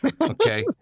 okay